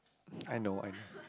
I know I know